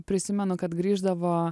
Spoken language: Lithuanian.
prisimenu kad grįždavo